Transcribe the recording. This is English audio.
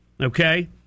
okay